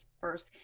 first